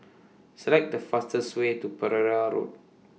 Select The fastest Way to Pereira Road